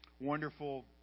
wonderful